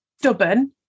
stubborn